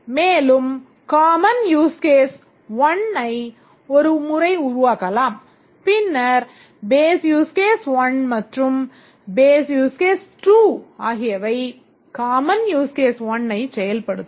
மேலும் common use case 1ஐ ஒரு முறை உருவாக்கலாம் பின்னர் base use case 1 மற்றும் base use case 2 ஆகியவை common use case 1ஐச் செயல்படுத்தும்